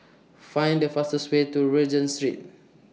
Find The fastest Way to Regent Street